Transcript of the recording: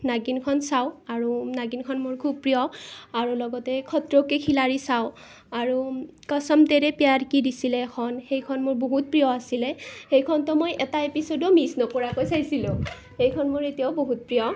নাগিনখন চাওঁ আৰু নাগিনখন মোৰ খুব প্ৰিয় আৰু লগতে খতৰো কে খিলাড়ী চাওঁ আৰু কচম তেৰে প্যাৰ কি দিছিলে এখন সেইখন মোৰ বহুত প্ৰিয় আছিলে সেইখনতো মই এটা এপিচডো মিছ নকৰাকৈ চাইছিলো সেইখন মোৰ এতিয়াও বহুত প্ৰিয়